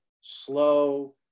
slow